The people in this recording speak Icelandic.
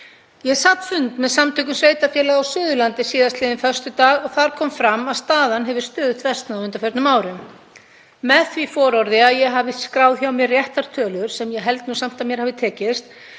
Ég sat fund með Samtökum sveitarfélaga á Suðurlandi síðastliðinn föstudag og þar kom fram að staðan hefur stöðugt versnað á undanförnum árum. Með því fororði að ég hafi skráð hjá mér réttar tölur, sem ég held nú samt að mér hafi tekist,